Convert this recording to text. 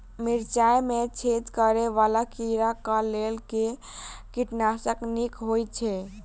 मिर्चाय मे छेद करै वला कीड़ा कऽ लेल केँ कीटनाशक नीक होइ छै?